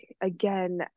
again